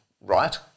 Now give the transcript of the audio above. right